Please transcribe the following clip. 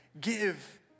give